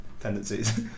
tendencies